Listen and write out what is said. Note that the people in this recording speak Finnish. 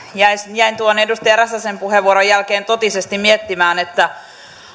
jäin tuon edustaja räsäsen puheenvuoron jälkeen totisesti miettimään että